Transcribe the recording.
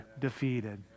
defeated